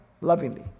lovingly